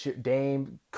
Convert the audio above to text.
Dame